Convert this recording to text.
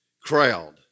crowd